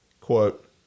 quote